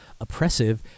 oppressive